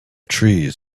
trees